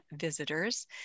visitors